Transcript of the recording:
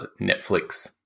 Netflix